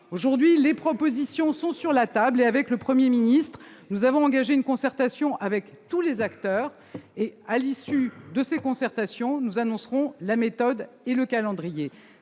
Aujourd'hui, les propositions sont sur la table et, avec le Premier ministre, nous avons engagé une concertation avec tous les acteurs. À l'issue de ces concertations, nous annoncerons la méthode et le calendrier.